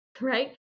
right